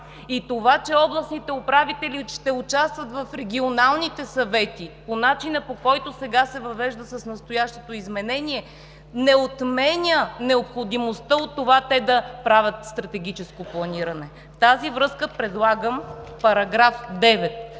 И това, че областните управители ще участват в регионалните съвети по начина, по който сега се въвежда с настоящото изменение, не отменя необходимостта от това те да правят стратегическо планиране! В тази връзка предлагам § 8,